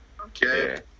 okay